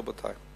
רבותי.